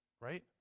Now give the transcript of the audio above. Right